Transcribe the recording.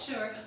Sure